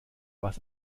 was